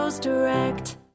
Direct